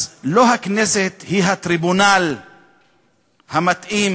אז לא הכנסת היא הטריבונל המתאים